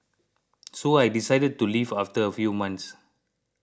so I decided to leave after a few months